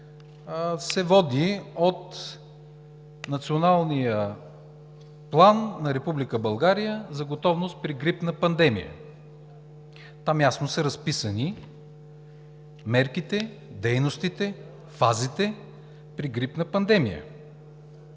се води от Националния план на Република България за готовност при грипна пандемия. Там ясно са разписани мерките, дейностите, фазите при грипна пандемия,